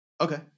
Okay